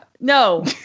No